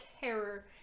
terror